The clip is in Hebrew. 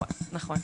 נכון נכון,